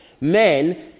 Men